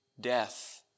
death